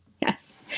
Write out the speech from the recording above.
Yes